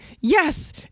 yes